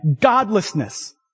godlessness